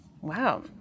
Wow